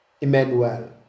Emmanuel